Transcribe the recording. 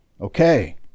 Okay